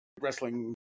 wrestling